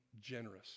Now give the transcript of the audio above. generous